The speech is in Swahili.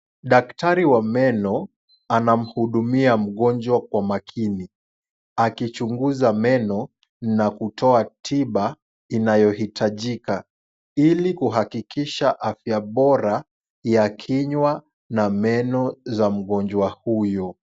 Daktari wa meno, anamhudumia mgonjwa kwa makini, akichunguza meno na kutoa tiba inayohitajika, ili kuhakikisha afya bora ya kinywa na meno ya mgonjwa huyo.